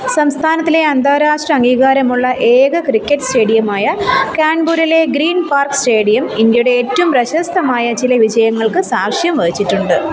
സംസ്ഥാനത്തിലെ അന്താരാഷ്ട്ര അംഗീകാരമുള്ള ഏക ക്രിക്കറ്റ് സ്റ്റേഡിയമായ കാൺപൂരിലെ ഗ്രീൻ പാർക്ക് സ്റ്റേഡിയം ഇന്ത്യയുടെ ഏറ്റവും പ്രശസ്തമായ ചില വിജയങ്ങൾക്ക് സാക്ഷ്യം വഹിച്ചിട്ടുണ്ട്